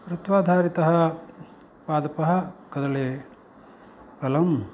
ऋत्वाधारितः पादपः कदलीफलं